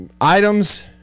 items